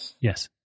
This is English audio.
yes